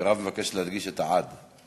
מירב מבקשת להדגיש את ה"עד".